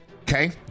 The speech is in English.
Okay